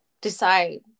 decide